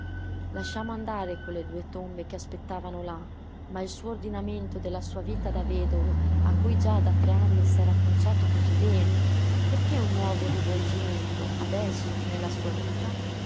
lasciamo andare quelle due tombe che aspettavano là ma il nuovo ordinamento della sua vita da vedovo a cui già da tre anni s'era acconciato così bene perché un nuovo rivolgimento adesso nella sua vita